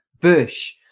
Bush